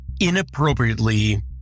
inappropriately